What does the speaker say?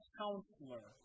counselor